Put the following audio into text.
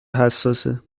حساسه